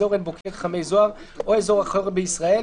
אזור עין בוקק-חמי זוהר או אזור אחר בישראל,